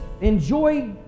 enjoy